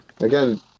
again